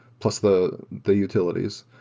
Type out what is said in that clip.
plus the the utilities,